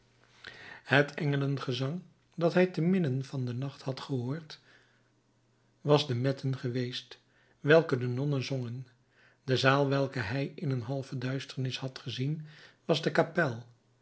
het engelengezang dat hij te midden van den nacht had gehoord was de metten geweest welke de nonnen zongen de zaal welke hij in een halve duisternis had gezien was de kapel